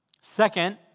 Second